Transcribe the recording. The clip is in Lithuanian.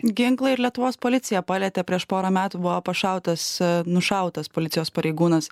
ginklą ir lietuvos policija palietė prieš porą metų buvo pašautas nušautas policijos pareigūnas